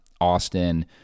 Austin